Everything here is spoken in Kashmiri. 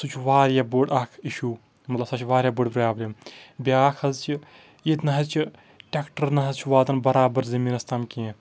سُہ چھُ واریاہ بوٚڑ اَکھ اِشوٗ مطلب سۄ چھِ واریاہ بٔڑ پرٛابلِم بیٚاکھ حظ چھِ ییٚتہِ نہٕ حظ چھِ ٹٮ۪کٹَر نہٕ حظ چھُ واتان برابَر زمیٖنَس تام کیٚنٛہہ